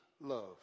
love